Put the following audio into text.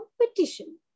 competition